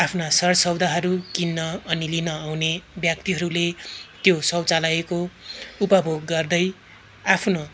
आफ्ना सरसौदाहरू किन्न अनि लिन आउने व्यक्तिहरूले त्यो शौचालयको उपभोग गर्दै आफ्नो